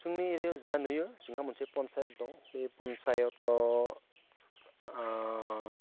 जोंनि एरियाआव जा नुयो जोंहा मोनसे पन्सायत दं बे पन्सायताव